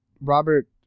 Robert